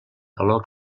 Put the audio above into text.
calor